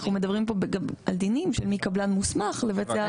אנחנו מדברים פה על דינים של מי קבלן מוסמך לבצע.